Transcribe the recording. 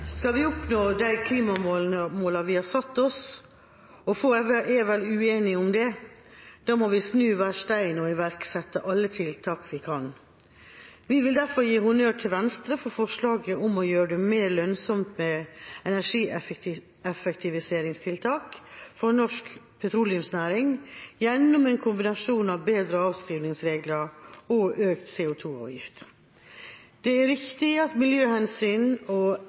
vi skal det, må vi snu hver stein og iverksette alle tiltak vi kan. Vi vil derfor gi honnør til Venstre for forslaget om å gjøre det mer lønnsomt med energieffektiviseringstiltak for norsk petroleumsnæring gjennom en kombinasjon av bedre avskrivingsregler og økt CO2-avgift. Det er riktig at miljøhensyn og